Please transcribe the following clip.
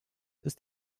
ist